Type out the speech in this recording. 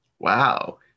Wow